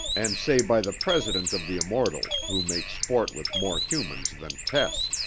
and say by the president of the immortals, who makes sport with more humans than tess,